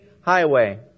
highway